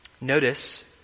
Notice